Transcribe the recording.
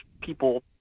people